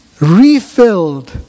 refilled